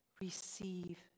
receive